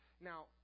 Now